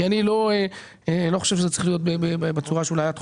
לא בצורה שבה את חושבת,